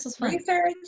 research